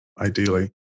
Ideally